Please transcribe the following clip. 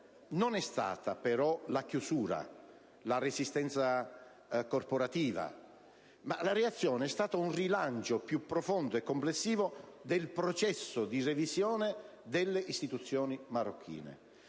non è stata però di chiusura, di resistenza corporativa, ma di rilancio più profondo e complessivo del processo di revisione delle istituzioni marocchine.